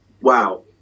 wow